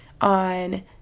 on